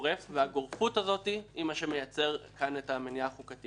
וזה מה שמייצר את המניעה החוקתית.